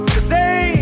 Today